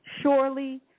surely